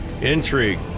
intrigue